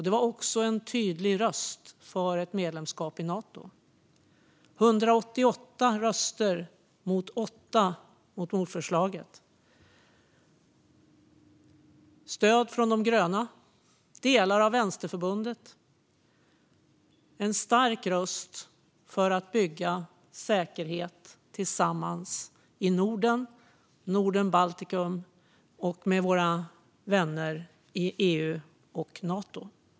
Det var också en tydlig röst för ett medlemskap i Nato då 188 röstade för förslaget mot 8 för motförslaget. Stöd kom från de gröna och delar av Vänsterförbundet. Det var en stark röst för att bygga säkerhet tillsammans i Norden, i Norden-Baltikum och med våra vänner i EU och Nato.